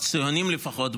הציוניים לפחות,